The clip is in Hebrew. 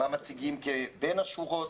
ומה מציגים בין השורות.